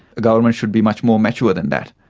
a government should be much more mature than that.